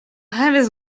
havis